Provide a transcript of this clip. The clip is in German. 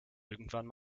irgendwann